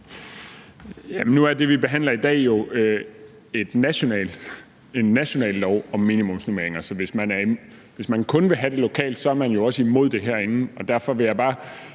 det, vi behandler i dag, jo en national lov om minimumsnormeringer, så hvis man kun vil have det lokalt, er man jo også imod det herinde.